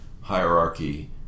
hierarchy